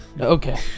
Okay